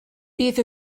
bydd